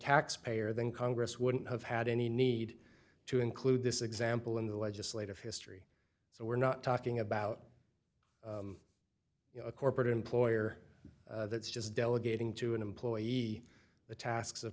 ax payer then congress wouldn't have had any need to include this example in the legislative history so we're not talking about you know a corporate employer that's just delegating to an employee the tasks of